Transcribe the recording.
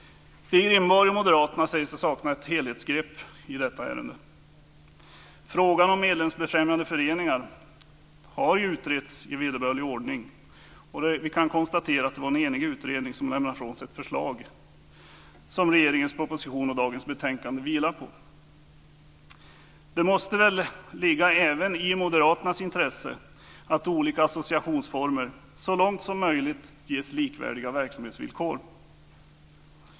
Stig Rindborg och Moderaterna säger sig sakna ett helhetsgrepp i detta ärende. Frågan om medlemsbefrämjande föreningar har utretts i vederbörlig ordning, och vi kan konstatera att det var en enig utredning som lade fram det förslag som regeringens proposition och dagens betänkande vilar på. Det måste väl ligga även i moderaternas intresse att olika associationsformer så långt som möjligt ges likvärdiga verksamhetsvillkor.